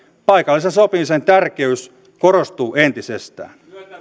paikallisen sopimisen tärkeys korostuu entisestään